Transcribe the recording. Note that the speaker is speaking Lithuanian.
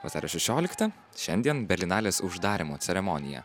vasario šešioliktą šiandien berlinalės uždarymo ceremonija